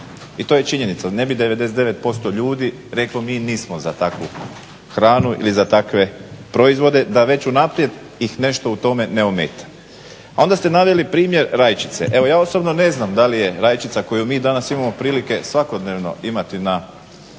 i to je činjenica. Ne bi 99% ljudi reklo mi nismo za takvu hranu ili za takve proizvode da već unaprijed ih nešto u tome ne ometa. A onda ste naveli primjer rajčice. Evo ja osobno ne znam da li je rajčica koju mi danas imamo prilike svakodnevno imati na